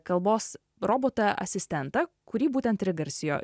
kalbos robotą asistentą kurį būtent ir įgarsijo